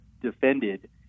defended